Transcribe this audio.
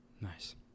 Nice